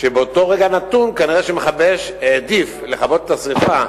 שבאותו רגע נתון כנראה מכבי-האש העדיף לכבות את השרפה,